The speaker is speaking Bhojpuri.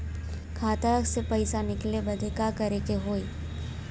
खाता से पैसा निकाले बदे का करे के होई?